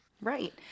Right